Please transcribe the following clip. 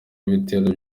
ibitero